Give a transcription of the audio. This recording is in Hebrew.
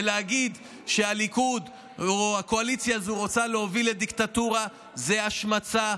להגיד שהליכוד או הקואליציה הזו רוצים להוביל לדיקטטורה זו השמצה,